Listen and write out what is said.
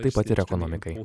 taip pat ir ekonomikai